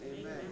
Amen